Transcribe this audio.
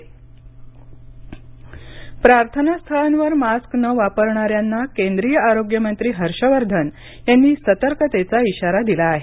हर्षवर्धन प्रार्थनास्थळांवर मास्क न वापरणाऱ्यांना केंद्रिय आरोग्यमंत्री हर्षवर्धन यांनी सतर्कतेचा इशारा दिला आहे